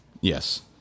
Yes